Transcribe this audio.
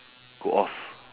go off